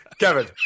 Kevin